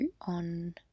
on –